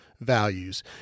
values